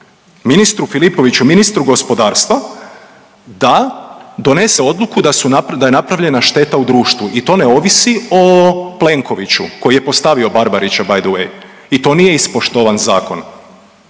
ministru Filipoviću, ministru gospodarstva da donese odluku da je napravljena šteta u društvu i to ne ovisi o Plenkoviću koji je postavio Barbarića, by the way i to nije ispoštovan zakon.